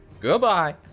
Goodbye